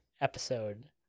episode